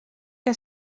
que